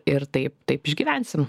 ir taip taip išgyvensim